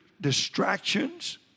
distractions